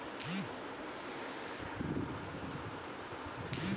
Super seeder पर केतना छूट बा?